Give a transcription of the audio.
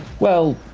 well,